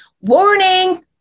warning